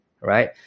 right